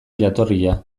jatorria